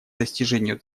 достижению